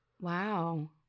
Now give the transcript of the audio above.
Wow